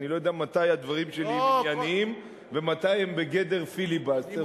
אני לא יודע מתי הדברים שלי ענייניים ומתי הם בגדר פיליבסטר,